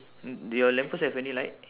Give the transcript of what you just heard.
mm do your lamp post have any light